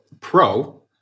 pro